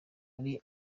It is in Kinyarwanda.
imwe